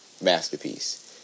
masterpiece